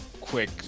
quick